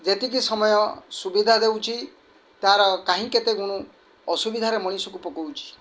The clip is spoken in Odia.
ଯେତିକି ସମୟ ସୁବିଧା ଦେଉଛି ତାର କାହିଁ କେତେ ଗୁଣୁ ଅସୁବିଧାରେ ମଣିଷକୁ ପକଉଛି